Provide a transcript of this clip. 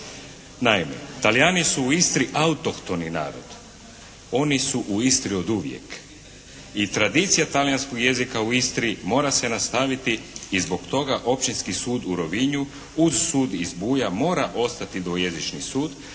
Naime Talijani su u Istri autohtoni narod. Oni su u Istri oduvijek. I tradicija talijanskog jezika u Istri mora se nastaviti i zbog toga Općinski sud u Rovinju uz sud iz Buja mora ostati dvojezični sud